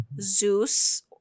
Zeus